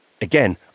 Again